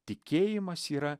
tikėjimas yra